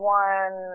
one